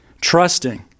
trusting